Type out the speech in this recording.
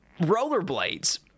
Rollerblades